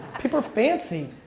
people are fancy.